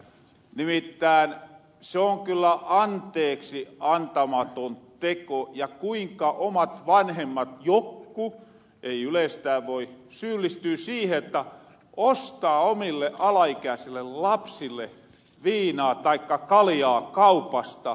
nimittään se on kyllä anteeksiantamaton teko kuinka omat vanhemmat jokku ei yleistää voi syyllistyy siihen että ostaa omille alaikäsille lapsille viinaa taikka kaljaa kaupasta